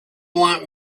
want